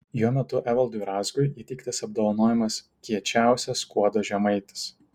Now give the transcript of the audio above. jo metu evaldui razgui įteiktas apdovanojimas kiečiausias skuodo žemaitis